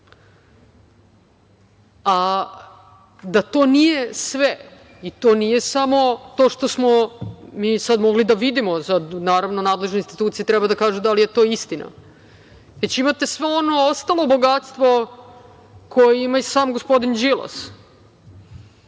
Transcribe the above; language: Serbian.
a da to nije sve i to nije samo to što smo mi sada mogli da vidimo. Naravno, nadležne institucije treba da kažu da li je to istina, već imate svo ono ostalo bogatstvo koje ima i samo gospodin